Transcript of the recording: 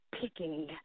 picking